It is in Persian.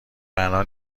معنا